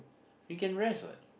you can rest what